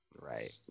Right